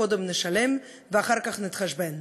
קודם נשלם ואחר כך נתחשבן.